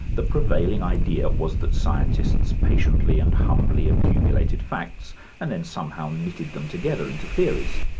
the prevailing idea was that scientists patiently and humbly accumulated facts and then somehow knitted them together into theories.